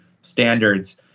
standards